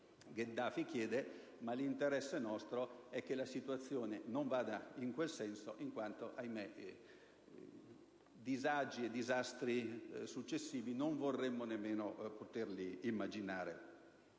Gheddafi chiede. L'interesse nostro è che la situazione non segua questa direzione in quanto, ahimè, disagi e disastri successivi non vorremmo nemmeno immaginarli.